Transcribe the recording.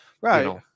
Right